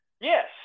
yes